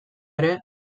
ere